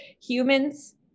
humans